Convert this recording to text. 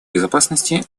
безопасности